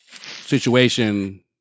situation